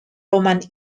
roman